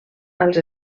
als